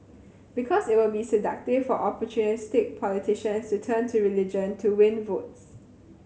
because it will be seductive for opportunistic politicians to turn to religion to win votes